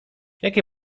jakie